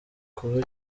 kuba